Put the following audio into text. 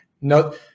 no